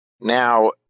Now